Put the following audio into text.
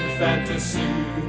fantasy